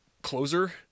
closer